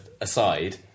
aside